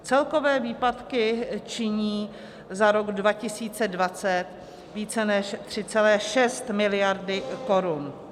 Celkové výpadky činí za rok 2020 více než 3,6 miliardy korun.